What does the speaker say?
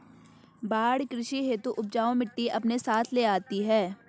बाढ़ कृषि हेतु उपजाऊ मिटटी अपने साथ ले आती है